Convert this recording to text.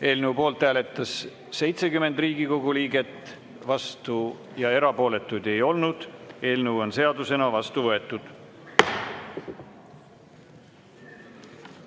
Eelnõu poolt hääletas 70 Riigikogu liiget, vastuolijaid ja erapooletuid ei olnud. Eelnõu on seadusena vastu võetud.